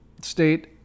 State